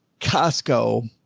costco,